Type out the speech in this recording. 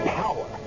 power